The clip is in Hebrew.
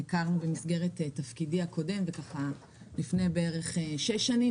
הכרנו במסגרת תפקידי הקודם לפני כשש שנים,